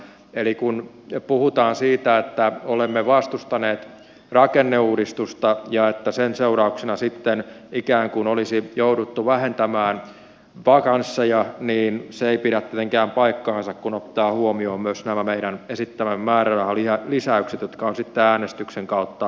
eli kun puhutaan siitä että olemme vastustaneet rakenneuudistusta ja että sitten ikään kuin sen seurauksena olisi jouduttu vähentämään vakansseja niin se ei pidä tietenkään paikkansa kun ottaa huomioon myös nämä meidän esittämämme määrärahalisäykset jotka on sitten äänestysten kautta tyrmätty